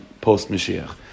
post-Mashiach